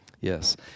yes